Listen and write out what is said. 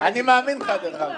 אני מאמין לך.